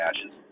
ashes